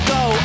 go